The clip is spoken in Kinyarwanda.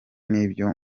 n’ibyo